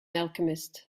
alchemist